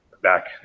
back